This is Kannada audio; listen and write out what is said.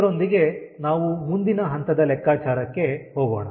ಇದರೊಂದಿಗೆ ನಾವು ಮುಂದಿನ ಹಂತದ ಲೆಕ್ಕಾಚಾರಕ್ಕೆ ಹೋಗೋಣ